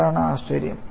അതാണ് ആശ്ചര്യം